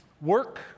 Work